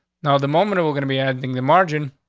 now, the moment we're gonna be adding the margin,